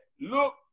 look